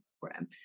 program